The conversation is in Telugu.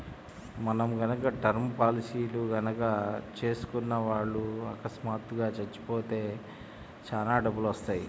మనం గనక టర్మ్ పాలసీలు గనక చేసుకున్న వాళ్ళు అకస్మాత్తుగా చచ్చిపోతే చానా డబ్బులొత్తయ్యి